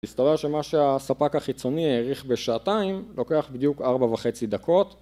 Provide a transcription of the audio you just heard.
מסתבר שמה שהספק החיצוני העריך בשעתיים לוקח בדיוק ארבע וחצי דקות